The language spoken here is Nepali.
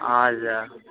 हजुर